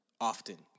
often